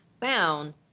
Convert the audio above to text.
found